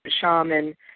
shaman